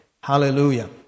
Hallelujah